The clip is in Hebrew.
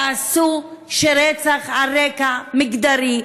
תעשו שרצח על רקע מגדרי,